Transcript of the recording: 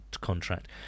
contract